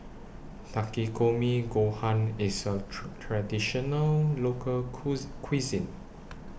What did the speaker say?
Takikomi Gohan IS A Traditional Local Cuisine